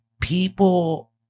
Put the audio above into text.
people